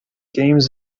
games